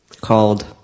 called